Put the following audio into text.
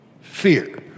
fear